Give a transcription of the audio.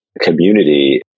community